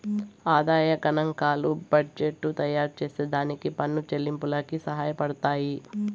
ఆదాయ గనాంకాలు బడ్జెట్టు తయారుచేసే దానికి పన్ను చెల్లింపులకి సహాయపడతయ్యి